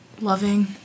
loving